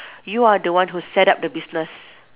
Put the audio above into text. you are the one who set up the business